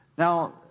Now